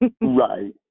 Right